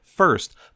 First